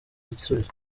igisubizo